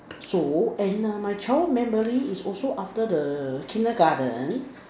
so and err my childhood memory is also after the Kindergarten